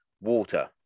water